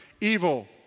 evil